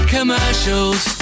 Commercials